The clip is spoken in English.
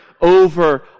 Over